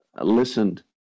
listened